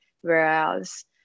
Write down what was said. whereas